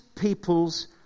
people's